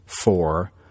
four